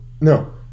no